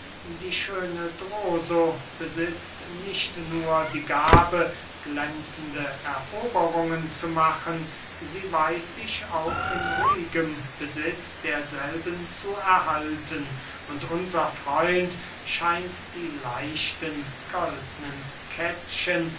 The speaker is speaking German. die schöne droso besitzt nicht nur die gabe glänzende eroberungen zu machen sie weiß sich auch in ruhigem besitz derselben zu erhalten und unser freund scheint die leichten goldnen kettchen